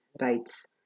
rights